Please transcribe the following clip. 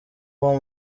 uwo